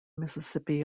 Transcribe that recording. mississippi